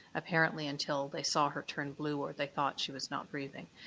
apparently until they saw her turn blue, or they thought she was not breathing.